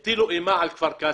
הארגון הזה הטיל אימה על כפר קאסם.